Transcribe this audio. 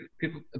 people